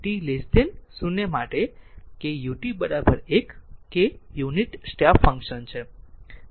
અને t t 0 કે ut 1 કે યુનિટ સ્ટેપ ફંક્શન છે